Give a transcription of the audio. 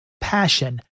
passion